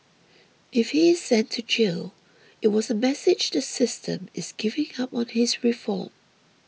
if he is sent to jail it was a message the system is giving up on his reform